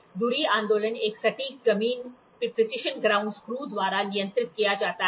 धुरी आंदोलन एक सटीक जमीन पेंच द्वारा नियंत्रित किया जाता है